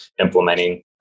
implementing